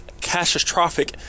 catastrophic